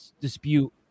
dispute